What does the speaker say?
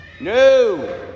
No